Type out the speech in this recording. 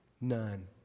None